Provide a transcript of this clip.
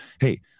Hey